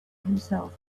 himself